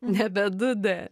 nebe du d